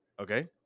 Okay